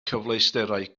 cyfleusterau